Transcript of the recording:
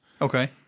Okay